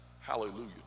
hallelujah